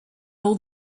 all